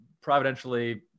providentially